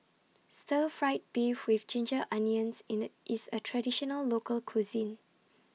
Stir Fried Beef with Ginger Onions in IT IS A Traditional Local Cuisine